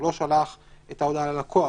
הוא לא שלח את ההודעה ללקוח,